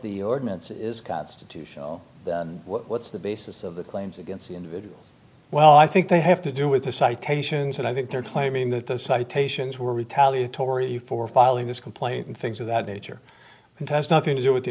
the ordinance is constitutional what's the basis of the claims against the individual well i think they have to do with the citations and i think they're claiming that those citations were retaliatory for filing this complaint and things of that nature contest nothing to do with the